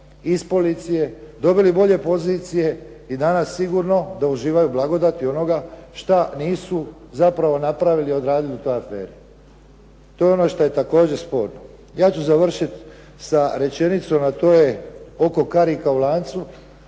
iz policije, dobili bolje pozicije i danas sigurno da uživaju blagodati onoga šta nisu zapravo napravili, odradili u toj aferi. To je ono što je također sporno. Ja ću završiti sa rečenicom, a to je oko karika u lancu,